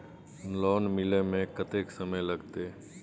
Loan मिले में कत्ते समय लागते?